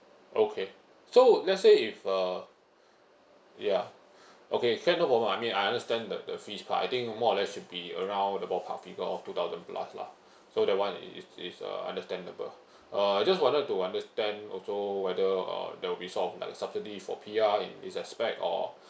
okay so let's say if uh ya okay can no problem I mean I understand the the fees part I think more or less should be around the forecast of two thousand plus lah so that one is is uh understandable uh just wanted to understand also whether uh there'll be sort of like subsidy for P_R in this aspect or